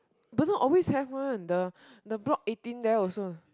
Bedok always have one the the block eighteen there also